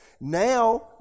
now